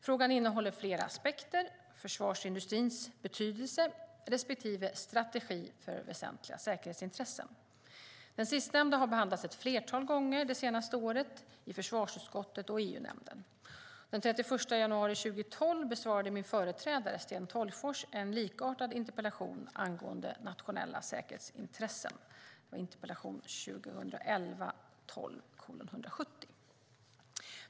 Frågan innehåller flera aspekter; försvarsindustrins betydelse respektive strategi för väsentliga säkerhetsintressen. Den sistnämnda har behandlats ett flertal gånger det senaste året i försvarsutskottet och EU-nämnden. Den 31 januari 2012 besvarade min företrädare Sten Tolgfors en likartad interpellation angående nationella säkerhetsintressen .